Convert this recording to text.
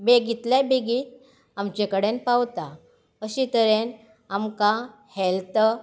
बेगींतल्या बेगीन आमचे कडेन पावता अशे तरेन आमकां हॅल्थ